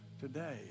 today